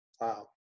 Wow